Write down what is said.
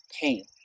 pain